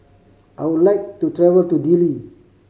I would like to travel to Dili